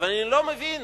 אבל אני לא מבין,